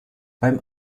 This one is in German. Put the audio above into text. beim